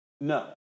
No